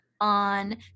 on